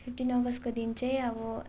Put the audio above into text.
fifteen अगस्तको दिन चाहिँ अब